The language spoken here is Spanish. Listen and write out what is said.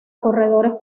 corredores